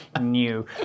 new